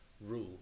rule